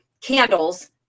candles